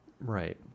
Right